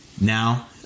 now